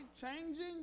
changing